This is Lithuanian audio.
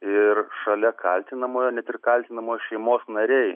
ir šalia kaltinamojo net ir kaltinamojo šeimos nariai